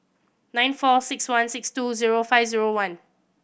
nine four six one six two zero five zero one